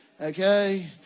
okay